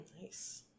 Nice